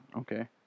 Okay